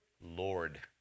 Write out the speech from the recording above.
Lord